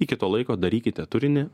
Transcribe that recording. iki to laiko darykite turinį